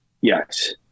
Yes